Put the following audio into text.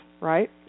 right